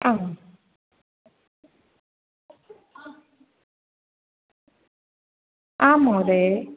आम् आं महोदय